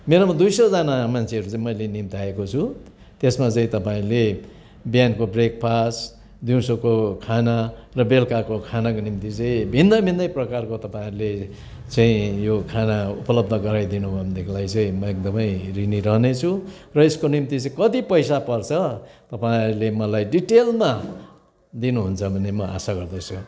मेरोमा दुई सयजना मान्छेहरू चाहिँ मैले निम्त्याएको छु त्यसमा चाहिँ तपाईँले बिहानको ब्रेकफास्ट दिउँसोको खाना र बेलुकाको खानाको निम्ति चाहिँ भिन्दैभिन्दै प्रकारको तपाईँहरूले चाहिँ यो खाना उपलब्ध गराइदिनु भयो देखिलाई चाहिँ म एकदमै ऋणी रहने छु र यसको निम्ति चाहिँ कति पैसा पर्छ तपाईँहरूले मलाई डिटेलमा दिनुहुन्छ भन्ने म आशा गर्दछु